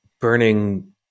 burning